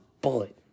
bullet